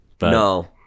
No